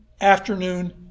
afternoon